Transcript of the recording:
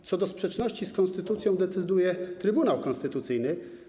W kwestii sprzeczności z konstytucją decyduje Trybunał Konstytucyjny.